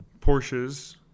Porsches